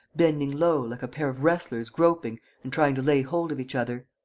bending low, like a pair of wrestlers groping and trying to lay hold of each other.